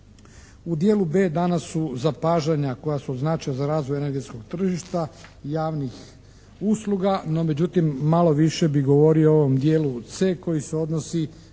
U dijelu b), danas su zapažanja koja su značajna za razvoj energetskog tržišta javnih usluga no međutim malo više bi govorio o ovom dijelu c), koji se odnosi